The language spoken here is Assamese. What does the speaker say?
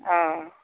অঁ